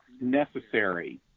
Necessary